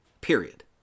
Period